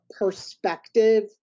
perspective